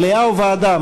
מליאה או ועדה?